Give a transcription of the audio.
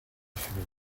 fumer